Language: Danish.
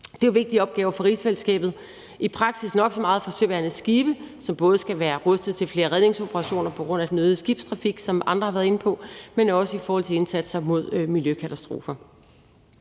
Det er jo vigtige opgaver for rigsfællesskabet og i praksis nok så meget for søværnets skibe, som både skal være rustet til flere redningsoperationer på grund af den øgede skibstrafik, som andre har været inde på, men også i forhold til indsatser mod miljøkatastrofer.